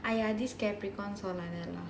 !aiyo! this capricorns all like that lah